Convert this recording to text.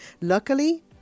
Luckily